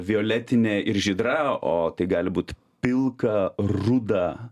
violetinė ir žydra o tai gali būt pilka ruda